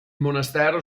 monastero